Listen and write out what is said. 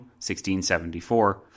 1674